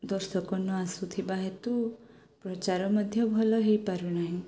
ଦର୍ଶକ ନ ଆସୁଥିବା ହେତୁ ପ୍ରଚାର ମଧ୍ୟ ଭଲ ହେଇପାରୁ ନାହିଁ